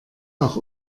auch